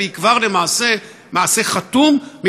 והיא כבר למעשה מעשה חתום,